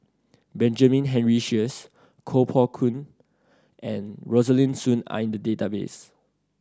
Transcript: Benjamin Henry Sheares Koh Poh Koon and Rosaline Soon are in the database